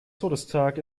todestag